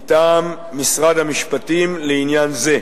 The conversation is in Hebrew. מטעם משרד המשפטים לעניין זה: